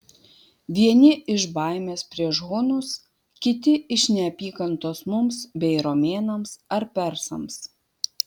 vieni iš baimės prieš hunus kiti iš neapykantos mums bei romėnams ar persams